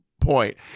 point